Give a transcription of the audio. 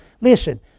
listen